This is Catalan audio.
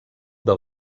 del